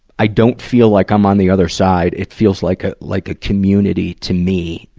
i don't feel like i'm on the other side. it feels like a, like a community to me.